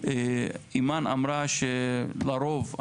אימאן אמרה שלרוב,